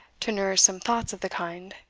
to nourish some thoughts of the kind.